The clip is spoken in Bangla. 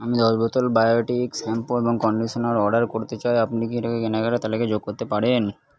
আমি দশ বোতল বায়োটিক শ্যাম্পু এবং কণ্ডিশনার অর্ডার করতে চাই আপনি কি এটাকে কেনাকাটার তালিকায় যোগ করতে পারেন